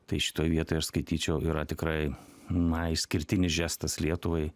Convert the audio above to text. tai šitoj vietoj aš skaityčiau yra tikrai na išskirtinis žestas lietuvai